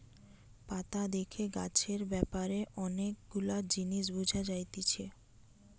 পাতা দেখে গাছের ব্যাপারে অনেক গুলা জিনিস বুঝা যাতিছে